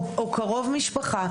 או קרוב משפחה,